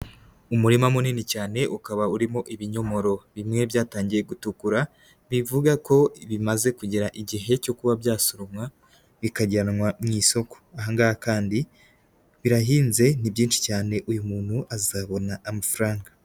Umurima munini cyane ukaba urimo ibinyomoro, bimwe byatangiye gutukura bivuga ko bimaze kugera igihe cyo kuba byasoromwa bikajyanwa mu isoko, aha ngaha kandi birahinze ni byinshi cyane uyu muntu azabona amafaranga.